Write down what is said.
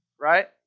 right